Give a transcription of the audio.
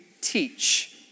Teach